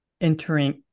Entering